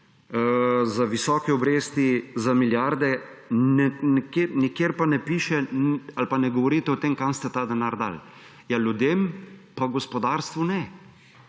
za visoke obresti, za milijarde. Nikjer pa ne govorite o tem, kam ste ta denar dali. Ljudem pa gospodarstvu ne.